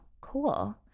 Cool